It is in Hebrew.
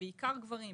בעיקר גברים,